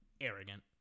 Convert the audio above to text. arrogant